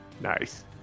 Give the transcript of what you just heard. Nice